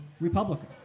Republican